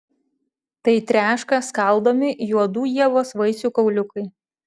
tai treška skaldomi juodų ievos vaisių kauliukai